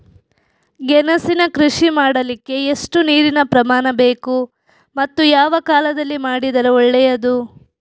ಗೆಣಸಿನ ಕೃಷಿ ಮಾಡಲಿಕ್ಕೆ ಎಷ್ಟು ನೀರಿನ ಪ್ರಮಾಣ ಬೇಕು ಮತ್ತು ಯಾವ ಕಾಲದಲ್ಲಿ ಮಾಡಿದರೆ ಒಳ್ಳೆಯದು?